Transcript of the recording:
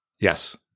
Yes